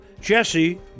Jesse